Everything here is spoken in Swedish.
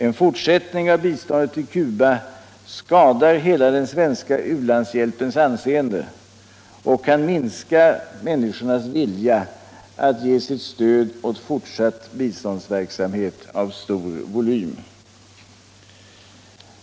En fortsättning av biståndet till Cuba skadar hela den svenska u-landshjälpens anseende och kan minska människornas vilja att ge sitt stöd åt fortsatt biståndsverksamhet i stor volym.